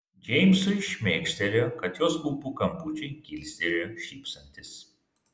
džeimsui šmėstelėjo kad jos lūpų kampučiai kilstelėjo šypsantis